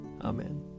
Amen